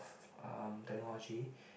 um technology